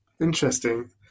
Interesting